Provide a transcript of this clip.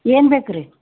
ಏನು ಬೇಕು ರೀ